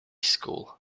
school